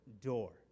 door